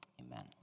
amen